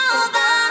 over